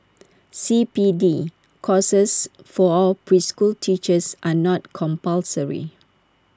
C P D courses for preschool teachers are not compulsory